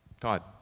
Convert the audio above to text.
todd